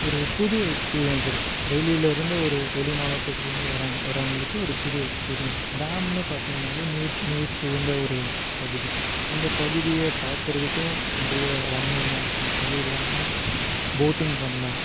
ஒரு புது எக்ஸ்பீரியன்ஸ் இருக்கும் வெளிலருந்து ஒரு வெளி மாவட்டத்துலேந்து வர்றாங்க வரவங்களுக்கு ஒரு புது எக்ஸ்பீரியன்ஸ் டேம்ன்னு பார்த்தீங்கனாலே நீர் நீர் சூழ்ந்த ஒரு பகுதி அந்த பகுதியை பார்க்குறதுக்கும் நிறைய ரம்மியமாக இருக்கும் அது இல்லாமல் போட்டிங் பண்ணலாம்